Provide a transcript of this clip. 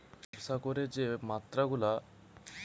ব্যবসা করে যে টাকার মাত্রা গুলা লাভে জুগার হতিছে